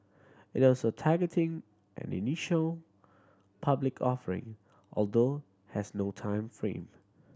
it also targeting an initial public offering although has no time frame